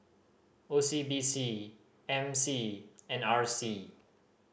O C B C M C and R C